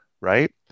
right